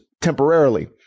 temporarily